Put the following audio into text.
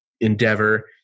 Endeavor